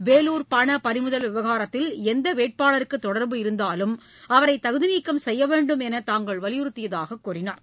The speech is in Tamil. வேலூர் பணபறிமுதல் விவகாரத்தில் எந்தவேட்பாளருக்குதொடர்பு இருந்தாலும் அவரைதகுதிநீக்கம் செய்யவேண்டும் என்றுதாங்கள் வலியுறுத்தியதாககூறினார்